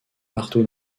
partout